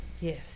Yes